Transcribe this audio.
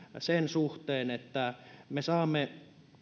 sen suhteen että me saamme